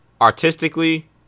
Artistically